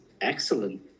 excellent